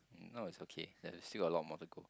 no it's okay there's still a lot more to go